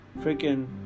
freaking